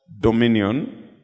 dominion